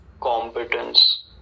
competence